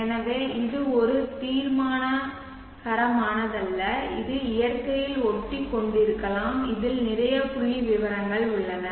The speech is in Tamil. எனவே இது ஒரு தீர்மானகரமானதல்ல இது இயற்கையில் ஒட்டிக்கொண்டிருக்கலாம் இதில் நிறைய புள்ளிவிவரங்கள் உள்ளன